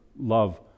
love